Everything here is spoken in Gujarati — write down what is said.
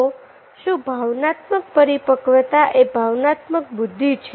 તો શુ ભાવનાત્મક પરિપક્વતા એ ભાવનાત્મક બુદ્ધિ છે